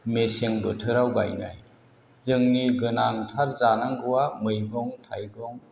मेसें बोथोराव गायनाय जोंनि गोनांथार जानांगौआ मैगं थाइगं